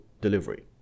delivery